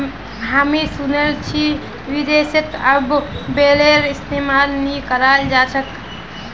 हामी सुनील छि विदेशत अब बेलरेर इस्तमाल नइ कराल जा छेक